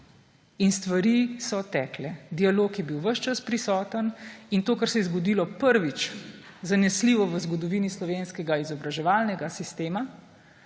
In stvari so tekle. Dialog je bil ves čas prisoten. To, kar se je zgodilo prvič zanesljivo v zgodovini slovenskega izobraževalnega sistema,